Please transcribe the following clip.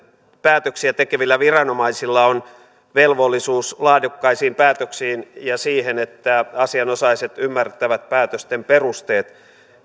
päätöksiä tekevillä viranomaisilla on velvollisuus laadukkaisiin päätöksiin ja siihen että asianosaiset ymmärtävät päätösten perusteet